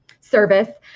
service